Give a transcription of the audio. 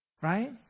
Right